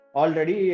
already